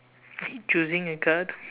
are you choosing a card